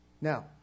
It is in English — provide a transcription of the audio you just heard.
Now